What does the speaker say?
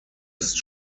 ist